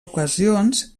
ocasions